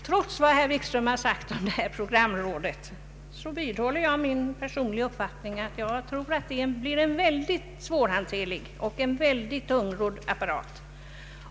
Trots vad herr Wikström sagt om program rådet vidhåller jag min personliga uppfattning att det torde bli en svårhanterlig och tungrodd apparat.